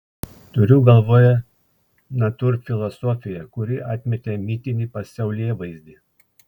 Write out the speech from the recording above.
turiu galvoje natūrfilosofiją kuri atmetė mitinį pasaulėvaizdį